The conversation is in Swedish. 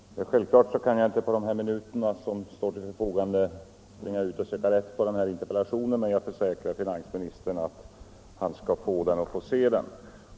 Herr talman! Självfallet kan jag inte på de minuter som står till mitt förfogande springa ut och söka rätt på interpellationen i fråga, men jag försäkrar finansministern att han skall få se den.